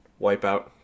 Wipeout